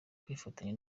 kwifatanya